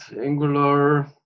angular